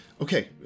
okay